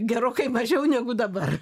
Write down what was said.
gerokai mažiau negu dabar